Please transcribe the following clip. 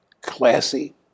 classy